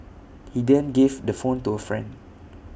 he then gave the phone to A friend